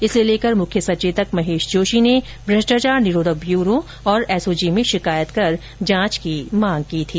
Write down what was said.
इसे लेकर मुख्य सचेतक महेश जोशी ने भ्रष्टाचार निरोधक ब्यूरो तथा एसओजी में शिकायत कर जांच की मांग की थी